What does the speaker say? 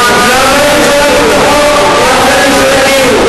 למה אי-אפשר להעביר את החוק הכללי של הגיור?